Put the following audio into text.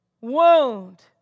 wound